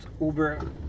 uber